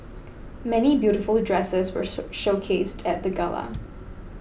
many beautiful dresses were show showcased at the gala